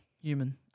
human